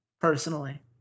personally